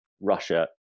Russia